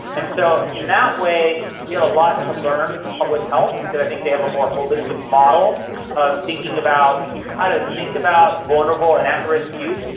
and so in that way we have a lot to learn from public health because i think they have a more holistic model of thinking about how to think about vulnerable and at-risk youth,